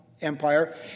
Empire